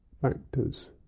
factors